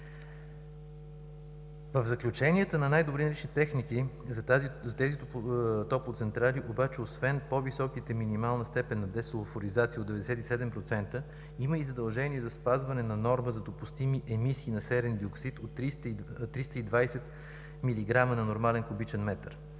В заключенията на най-добри налични техники за тези топлоцентрали обаче освен по-високите от 97% минимална степен на десулфуризация има и задължение за спазване на норма за допустими емисии на серен диоксид от 320 милиграма на нормален куб. метър.